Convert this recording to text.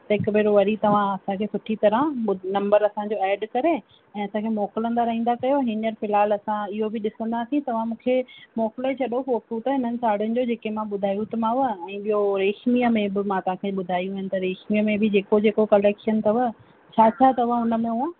त हिकु भेरो वरी तव्हां असांखे सुठी तरह नंबर असांजो एड करे ऐं असांखे मोकिलींदा रहंदा कयो हींअर फ़िलहाल असां इहो बि ॾिसंदासीं तव्हां मूंखे मोकिले छॾो फ़ोटू त इन्हनि साड़ियुनि जो जेके मां ॿुधायो थी मांव ऐं ॿियों रेशमीअ में बि मां तव्हांखे ॿुधायूं आहिनि त रेशमीअ में बि जेको जेको कलेक्शन अथव छा छा तव्हां हुन में उहा